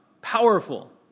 Powerful